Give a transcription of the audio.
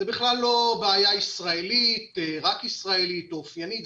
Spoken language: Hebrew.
זאת בכלל לא בעיה רק ישראלית או אופיינית,